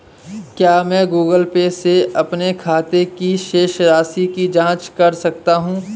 क्या मैं Google Pay से अपने खाते की शेष राशि की जाँच कर सकता हूँ?